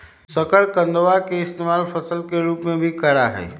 शकरकंदवा के इस्तेमाल फल के रूप में भी करा हई